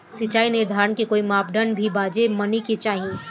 सिचाई निर्धारण के कोई मापदंड भी बा जे माने के चाही?